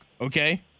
okay